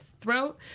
throat